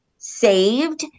saved